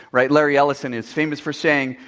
right? larry ellison is famous for saying,